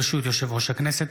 ברשות יושב-ראש הכנסת,